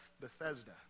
Bethesda